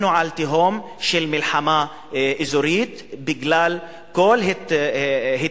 אנחנו על סף תהום של מלחמה אזורית בגלל כל התנהלותו